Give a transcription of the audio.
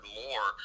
more